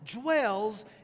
dwells